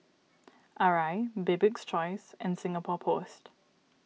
Arai Bibik's Choice and Singapore Post